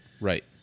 Right